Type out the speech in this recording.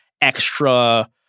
extra